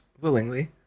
willingly